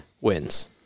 wins